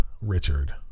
Richard